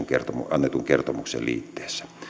annetun kertomuksen liitteessä